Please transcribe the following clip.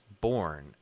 born